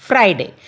Friday